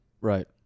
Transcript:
Right